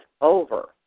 over